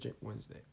Wednesday